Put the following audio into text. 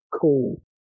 cool